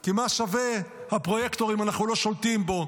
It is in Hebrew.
כי מה שווה הפרויקטור אם אנחנו לא שולטים בו?